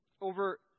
over